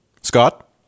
Scott